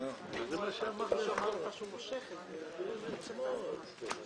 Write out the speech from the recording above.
תמשיכו לעשות עבודה נהדרת לטובת המדינה שלנו.